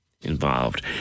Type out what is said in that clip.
involved